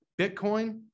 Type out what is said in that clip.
Bitcoin